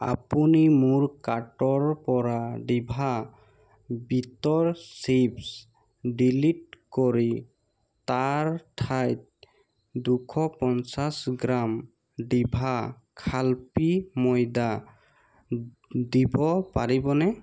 আপুনি মোৰ কাৰ্টৰ পৰা ডিভা বীটৰ চিপ্ছ ডিলিট কৰি তাৰ ঠাইত দুশ পঞ্চাছ গ্ৰাম ডিভা খাপ্লি ময়দা দিব পাৰিবনে